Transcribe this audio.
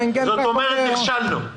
זאת אומרת שנכשלנו.